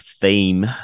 theme